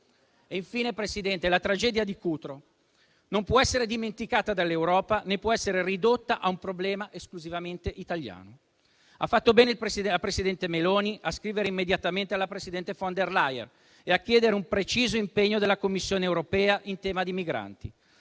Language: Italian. Infine, Presidente, la tragedia di Cutro non può essere dimenticata dall'Europa, né può essere ridotta a un problema esclusivamente italiano. Ha fatto bene la presidente Meloni a scrivere immediatamente alla presidente von der Leyen e a chiedere un preciso impegno della Commissione europea in tema di migranti.